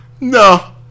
No